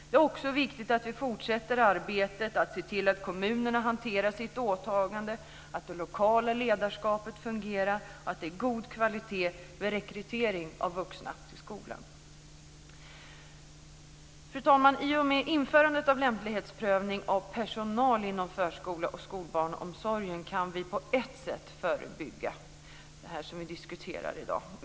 Det är också viktigt att vi fortsätter arbetet att se till att kommunerna hanterar sitt åtagande, att det lokala ledarskapet fungerar, att det är god kvalitet i rekryteringen av vuxna till skolan. Fru talman! I och med införandet av lämplighetsprövning av personal inom förskola och skolbarnomsorgen kan vi på ett sätt förebygga det vi diskuterar i dag.